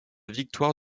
victoire